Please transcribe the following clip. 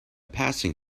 passing